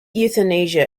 euthanasia